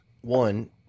One